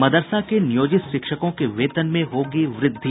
मदरसा नियोजित शिक्षकों के वेतन में होगी वृद्धि